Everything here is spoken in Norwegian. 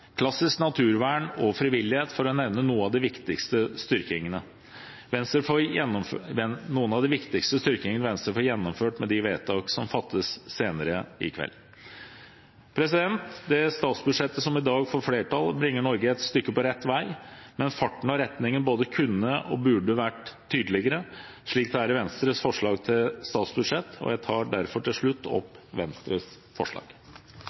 klassisk naturvern og frivillighet for å nevne noen av de viktigste styrkingene Venstre får gjennomført med de vedtak som fattes senere i kveld. Det statsbudsjettet som i dag får flertall, bringer Norge et stykke på rett vei, men farten og retningen både kunne og burde vært tydeligere, slik det er i Venstres forslag til statsbudsjett. Jeg tar til slutt opp Venstres forslag.